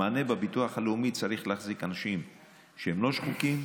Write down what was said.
המענה בביטוח הלאומי צריך להחזיק אנשים שהם לא שחוקים,